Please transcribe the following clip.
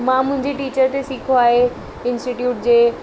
मां मुंहिंजी टीचर ते सिखियो आहे इंस्टीट्यूट जे